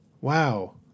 Wow